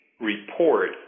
report